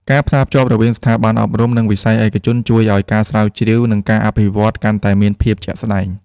ការផ្សារភ្ជាប់រវាងស្ថាប័នអប់រំ និងវិស័យឯកជនជួយឱ្យការស្រាវជ្រាវ និងការអភិវឌ្ឍកាន់តែមានភាពជាក់ស្ដែង។